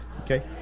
Okay